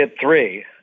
three